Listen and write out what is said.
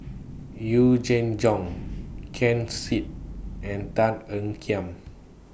Yee Jenn Jong Ken Seet and Tan Ean Kiam